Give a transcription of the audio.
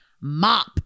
mop